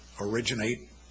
originate